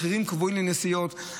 מחירים קבועים לנסיעות?